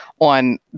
on